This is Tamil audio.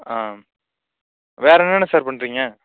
ஆ வேறு என்னென்ன சார் பண்ணுறீங்க